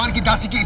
um devdasi.